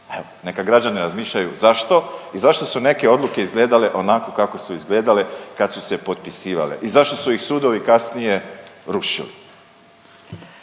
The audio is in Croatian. neka građani razmišljaju zašto i zašto su neke odluke izgledale onako kako su izgledale kad su se potpisivale i zašto su ih sudovi kasnije rušili.